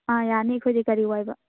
ꯑꯥ ꯌꯥꯅꯤ ꯑꯩꯈꯣꯏꯗꯩ ꯒꯥꯔꯤ ꯋꯥꯏꯕ